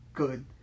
good